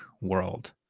world